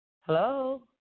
Hello